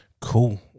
Cool